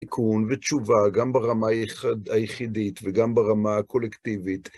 עיקרון ותשובה, גם ברמה היחידית וגם ברמה הקולקטיבית.